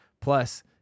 Plus